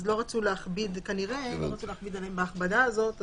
אז לא רצו להכביד את ההכבדה הזאת.